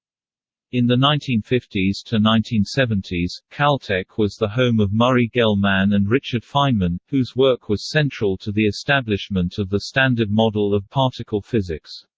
in the nineteen fifty s nineteen seventy s, caltech was the home of murray gell-mann and richard feynman, whose work was central to the establishment of the standard model of particle physics.